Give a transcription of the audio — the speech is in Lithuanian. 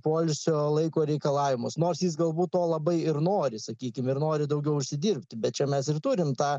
poilsio laiko reikalavimus nors jis galbūt to labai ir nori sakykim ir nori daugiau užsidirbti bet čia mes ir turim tą